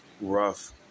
rough